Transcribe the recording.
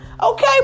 okay